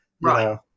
Right